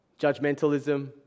judgmentalism